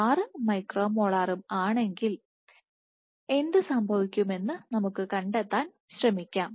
6 micro മോളാറും ആണെങ്കിൽ എന്ത് സംഭവിക്കുമെന്ന് നമുക്ക് കണ്ടെത്താൻ ശ്രമിക്കാം